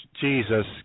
Jesus